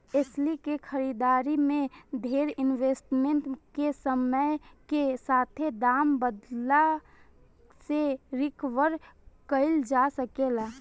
एस्ली के खरीदारी में डेर इन्वेस्टमेंट के समय के साथे दाम बढ़ला से रिकवर कईल जा सके ला